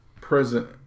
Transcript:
present